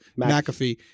McAfee